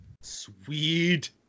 Sweet